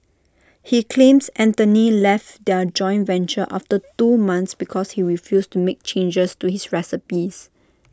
he claims Anthony left their joint venture after two months because he refused to make changes to his recipes